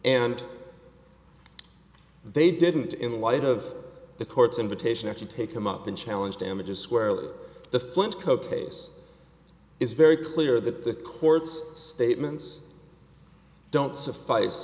and they didn't in the light of the court's invitation actually take them up and challenge damages squarely the flint co case is very clear that the court's statements i don't suffice